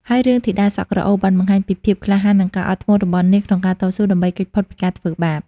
ហើយរឿង ធីតាសក់ក្រអូប បានបង្ហាញពីភាពក្លាហាន និងការអត់ធ្មត់របស់នាងក្នុងការតស៊ូដើម្បីគេចផុតពីការធ្វើបាប។